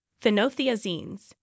phenothiazines